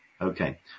okay